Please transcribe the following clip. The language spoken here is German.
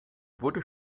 wurde